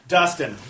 Dustin